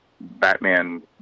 Batman